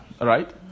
right